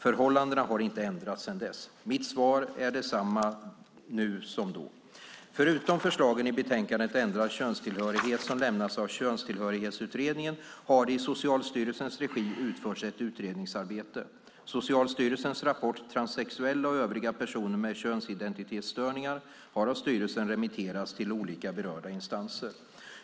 Förhållandena har inte ändrats sedan dess. Mitt svar är detsamma nu som då. Förutom förslagen i betänkandet Ändrad könstillhörighet som lämnats av Könstillhörighetsutredningen har det i Socialstyrelsens regi utförts ett utredningsarbete. Socialstyrelsens rapport Transsexuella och övriga personer med könsidentitetsstörningar har av styrelsen remitterats till olika berörda instanser.